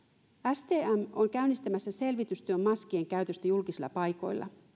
stm on käynnistämässä selvitystyön maskien käytöstä julkisilla paikoilla